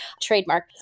trademark